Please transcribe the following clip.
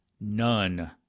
none